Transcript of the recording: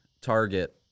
Target